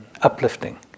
uplifting